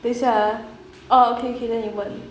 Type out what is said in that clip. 等一下 ah oh okay okay then 你问